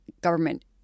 government